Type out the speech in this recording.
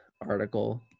article